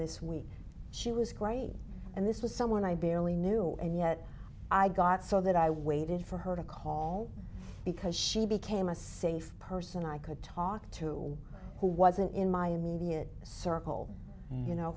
this week she was great and this was someone i barely knew and yet i got so that i waited for her to call because she became a safe person i could talk to who wasn't in my immediate circle you know